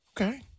Okay